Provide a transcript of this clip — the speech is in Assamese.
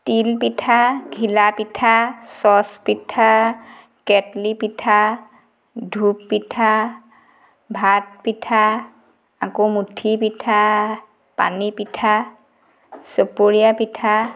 তিল পিঠা ঘিলা পিঠা চচ পিঠা কেটলি পিঠা ঢোপ পিঠা ভাত পিঠা আকৌ মুঠি পিঠা পানী পিঠা চপৰীয়া পিঠা